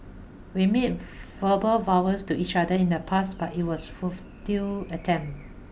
we made verbal vows to each other in the past but it was a futile attempt